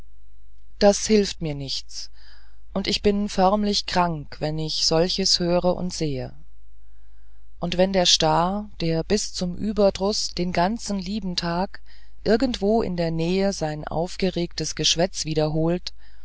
das hilft mir nichts und ich bin förmlich krank wenn ich solches höre und sehe und wenn der star der bis zum überdruß den ganzen lieben tag irgendwo in der nähe sein aufgeregtes geschwätz wiederholt